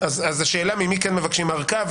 אז השאלה ממי כן מבקשים ארכה?